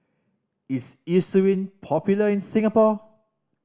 is Eucerin popular in Singapore